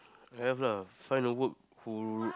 have lah find a work who